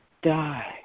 Die